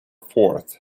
fourth